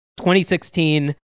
2016